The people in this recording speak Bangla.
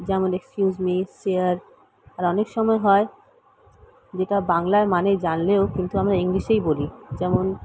যেমন এক্সকিউস মি শেয়ার আর অনেক সময় হয় যেটা বাংলায় মানে জানলেও কিন্তু আমরা ইংলিশেই বলি যেমন